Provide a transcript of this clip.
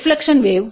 reflection wave